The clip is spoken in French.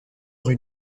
rue